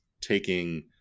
taking